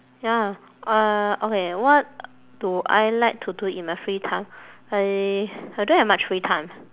ya uh okay what do I like to do in my free time I I don't have much free time